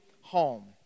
home